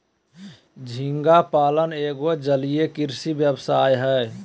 झींगा पालन एगो जलीय कृषि व्यवसाय हय